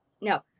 No